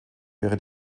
wäre